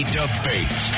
debate